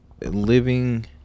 living